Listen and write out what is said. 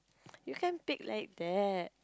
you can't pick like that